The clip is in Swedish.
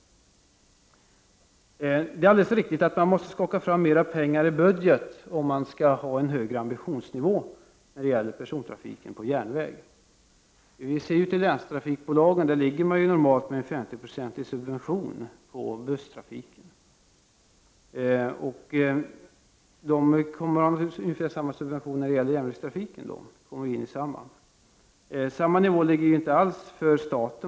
Det är alldeles riktigt att man, om man skall ha en högre ambitionsnivå när det gäller persontrafiken på järnväg, måste skaka fram mera pengar i budgeten. Vi kan ju konstatera att länstrafikbolagen normalt får sin busstrafikverksamhet subventionerad med 50 96. Det kommer för dessa bolag att bli fråga om subventioner av ungefär samma storlek när det gäller järnvägstrafiken.